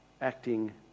acting